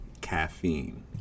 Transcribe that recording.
caffeine